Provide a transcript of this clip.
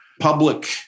public